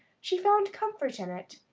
she found comfort in it,